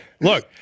look